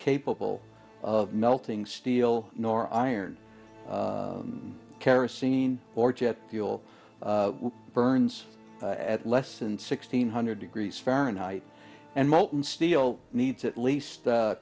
capable of melting steel nor iron kerosene or jet fuel burns at less than sixteen hundred degrees fahrenheit and molten steel needs at least